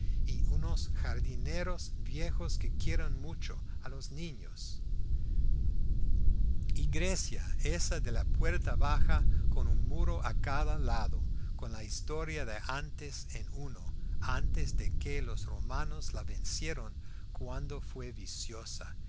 y unos jardineros viejos que quieren mucho a los niños y grecia esa de la puerta baja con un muro a cada lado con la historia de antes en uno antes de que los romanos la vencieran cuando fue viciosa